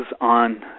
on